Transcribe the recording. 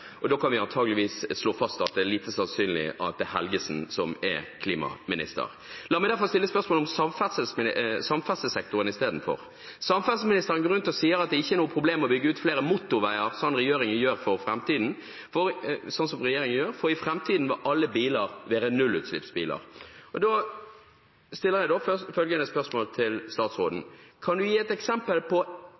kan antageligvis slå fast at det er lite sannsynlig at det er Helgesen som er klimaminister da. La meg derfor stille spørsmål om samferdselssektoren istedenfor. Samferdselsministeren går rundt og sier at det ikke er noe problem å bygge ut flere motorveier, sånn som regjeringen gjør, for i framtiden vil alle biler være nullutslippsbiler. Da stiller jeg følgende spørsmål til statsråden: Kan han gi et eksempel på